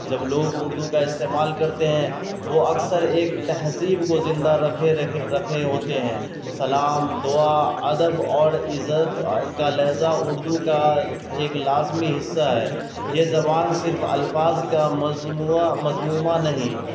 جب لوگ اردو کا استعمال کرتے ہیں وہ اکثر ایک تہذیب کو زندہ رکھے رکھے رکھے ہوتے ہیں سلام دعا ادب اور عزت کا لہجہ اردو کا ایک لازمی حصہ ہے یہ زبان صرف الفاظ کا مضمومہ مجموعہ نہیں